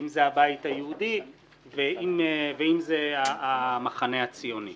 אם זה הבית היהודי ואם זה המחנה הציוני.